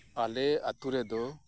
ᱟᱞᱮ ᱟᱛᱳ ᱨᱮᱫᱚ